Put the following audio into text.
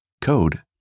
code